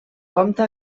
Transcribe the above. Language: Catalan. compte